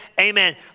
amen